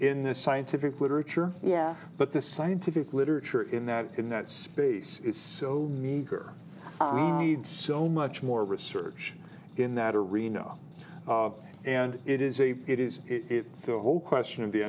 in the scientific literature yeah but the scientific literature in that in that space is so meager needs so much more research in that arena and it is a it is it the whole question of the